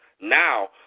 Now